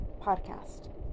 Podcast